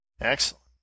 Excellent